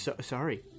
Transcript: Sorry